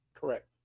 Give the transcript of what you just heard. Correct